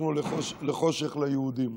הפכנו לחושך ליהודים.